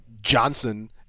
Johnson